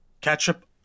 Ketchup